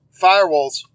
Firewalls